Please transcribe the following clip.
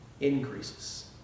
increases